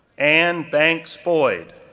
anne banks boyd,